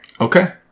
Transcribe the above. Okay